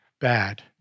bad